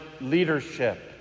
Leadership